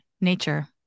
nature